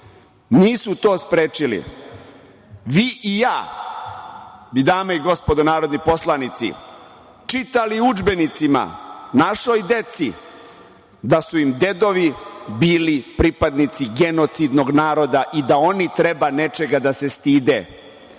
nisu to sprečili, vi i ja bi, dame i gospodo narodni poslanici, čitali u udžbenicima našoj deci da su im dedovi bili pripadnici genocidnog naroda i da oni treba nečega da se stide.